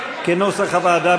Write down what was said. כנוסח הוועדה,